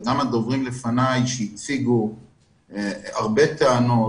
גם הדוברים לפניי שהציגו הרבה טענות,